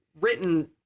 written